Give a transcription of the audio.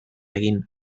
egin